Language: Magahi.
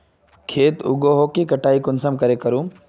खेत उगोहो के कटाई में कुंसम करे करूम?